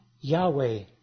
Yahweh